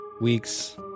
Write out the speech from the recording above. weeks